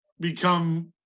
become